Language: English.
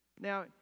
Now